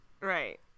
Right